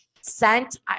sent